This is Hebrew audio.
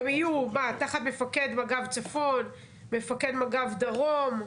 הן יהיו, מה, תחת מפקד מג"ב צפון, מפקד מג"ב דרום.